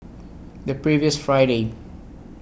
The previous Friday